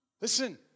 Listen